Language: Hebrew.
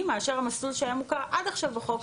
מאשר המסלול שהיה מוכר עד עכשיו בחוק,